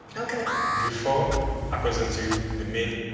ok. before i present you the meal